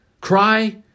cry